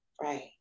right